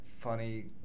funny